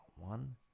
one